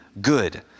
good